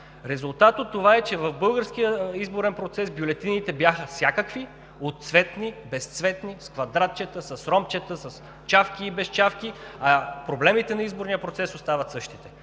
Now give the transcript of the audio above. Резултат от това е, че в българския изборен процес бюлетините бяха всякакви – от цветни, безцветни, с квадратчета, с ромбчета, с чавки и без чавки, а проблемите на изборния процес остават същите.